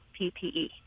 ppe